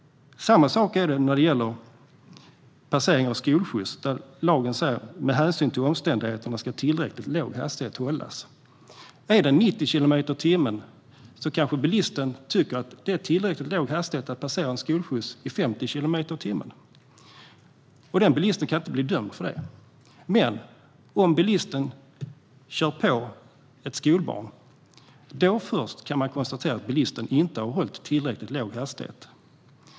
Samma sak är det när det gäller passering av skolskjuts. Lagen säger att föraren ska hålla "med hänsyn till omständigheterna tillräckligt låg hastighet". Är hastighetsgränsen 90 kilometer i timmen kanske bilisten tycker att det är tillräckligt låg hastighet att passera en skolskjuts i 50 kilometer i timmen. Den bilisten kan inte bli dömd för det. Först om bilisten kör på ett skolbarn kan man konstatera att bilisten inte hållit tillräckligt låg hastighet.